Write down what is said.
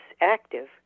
active